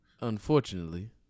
unfortunately